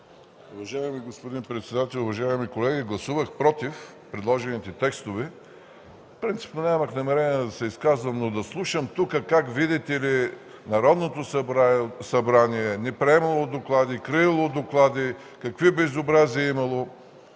Уважаеми господин председател, уважаеми колеги, гласувах „против” предложените текстове. Принципно нямах намерение да се изказвам, но да слушам тук, видите ли, Народното събрание не приемало доклади, криело доклади, какви безобразия имало.